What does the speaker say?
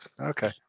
okay